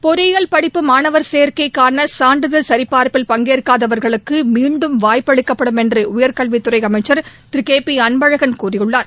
பொறியியல் படிப்பு மாணவர் சேர்க்கைக்கான சான்றிதழ் சரிபார்பில் பங்கேற்காதவர்களுக்கு மீண்டும் வாய்ப்பு அளிக்கப்படும் என்று உயர் கல்வித் துறை அமைச்சர் திரு கே பி அன்பழகன் கூறியுள்ளார்